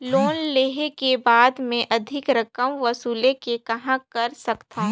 Loan लेहे के बाद मे अधिक रकम वसूले के कहां कर सकथव?